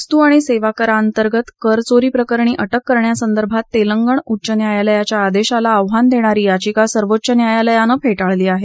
वस्तू आणि सेवाकराअंतर्गत कर चोरी प्ररकणी अटक करण्यासंदर्भात तेलंगण उच्च न्यायालयाच्या आदेशाला आव्हान देणारी याविका सर्वोच्च न्यायालयानं फेटाळली आहे